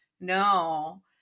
no